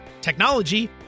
technology